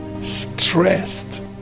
stressed